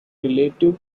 relative